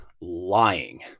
lying